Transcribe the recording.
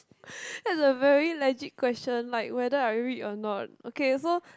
that's a very legit question like whether I read or not okay so